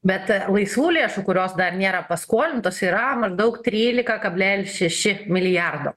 bet laisvų lėšų kurios dar nėra paskolintos yra maždaug trylika kablelis šeši milijardo